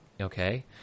okay